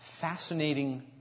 fascinating